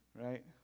Right